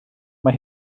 mae